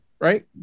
Right